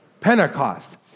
Pentecost